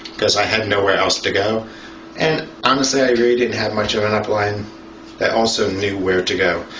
because i had nowhere else to go and i'm sorry i didn't have much of an outline that also knew where to go